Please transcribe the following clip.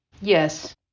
Yes